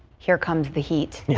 here comes the heat. yeah